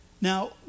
Now